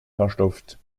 verstopft